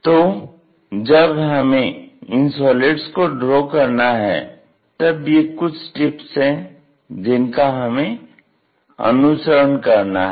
तो जब हमें इन सॉलिडस को ड्रॉ करना है तब ये कुछ टिप्स है जिनका हमें अनुसरण करना है